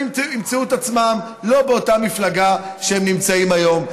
ימצאו את עצמם לא באותה מפלגה שבה הם נמצאים היום.